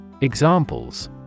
Examples